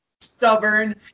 stubborn